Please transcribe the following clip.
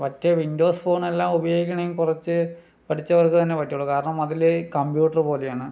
മറ്റേ Windows phone എല്ലാം ഉപയോഗിക്കണമെങ്കിൽ കുറച്ച് പഠിച്ചവർക്ക് തന്നെ പറ്റുള്ളൂ കാരണം അതില് കംപ്യൂട്ടർ പോലെയാണ്